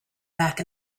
back